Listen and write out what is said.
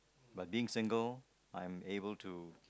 but being single I'm able to